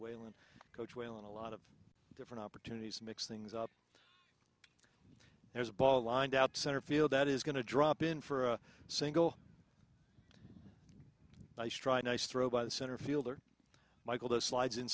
wayland coach whalen a lot of different opportunities mix things up there's a ball lined out center field that is going to drop in for a single nice try nice throw by the center fielder michael that slides